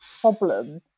problem